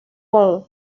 bone